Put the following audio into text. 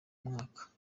mwaka